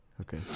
Okay